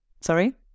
Sorry